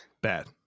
Bad